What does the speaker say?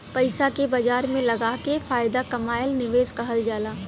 पइसा के बाजार में लगाके फायदा कमाएल निवेश कहल जाला